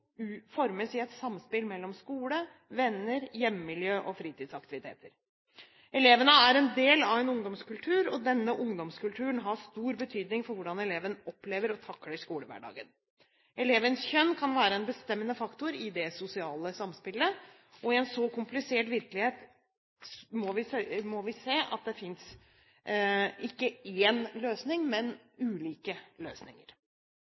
formes i samspill mellom skole, venner, hjemmemiljø og fritidsaktiviteter. Elevene er en del av en ungdomskultur, og denne ungdomskulturen har stor betydning for hvordan eleven opplever og takler skolehverdagen. Elevens kjønn kan være en bestemmende faktor i det sosiale samspillet. I en så komplisert virkelighet må vi se at det ikke bare finnes én løsning, men ulike løsninger.